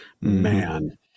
Man